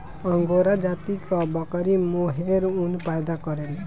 angora जाति कअ बकरी मोहेर ऊन पैदा करेले